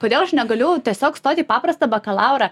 kodėl aš negaliu tiesiog stoti į paprastą bakalaurą